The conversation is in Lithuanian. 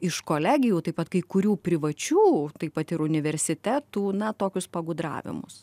iš kolegijų taip pat kai kurių privačių taip pat ir universitetų na tokius pagudravimus